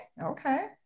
okay